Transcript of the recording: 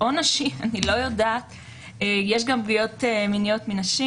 יש גם פגיעות מיניות מנשים.